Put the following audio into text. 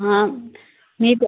हां मी